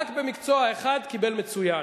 רק במקצוע אחד קיבל מצוין,